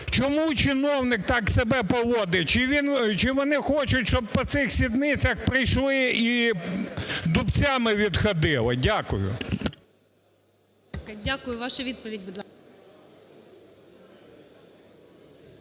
Чому чиновник так себе поводить? Чи вони хочуть, щоб по цих сідницях прийшли і дубцями відходили? Дякую.